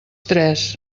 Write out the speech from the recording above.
tres